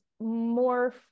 more